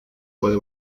puede